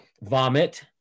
Vomit